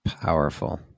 Powerful